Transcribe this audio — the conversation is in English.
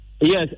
Yes